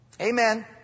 Amen